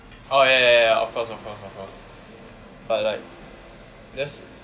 orh ya ya ya ya ya of course of course but like that's